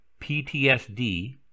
PTSD